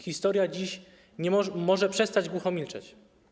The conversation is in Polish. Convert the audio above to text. Historia dziś może przestać głucho milczeć.